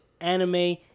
anime